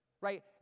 Right